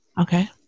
Okay